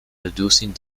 reducing